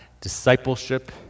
discipleship